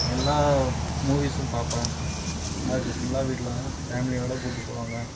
எல்லா மூவிஸும் பார்ப்பன் அதுக்கு ஃபுல்லாக வீட்டில தான் ஃபேமிலியோட கூப்பிட்டு போவாங்க